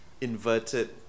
inverted